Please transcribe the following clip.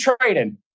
trading